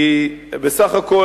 כי בסך הכול,